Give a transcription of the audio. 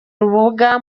rubuga